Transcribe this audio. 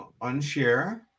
Unshare